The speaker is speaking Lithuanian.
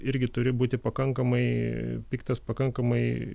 irgi turi būti pakankamai piktas pakankamai